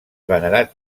venerat